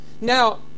Now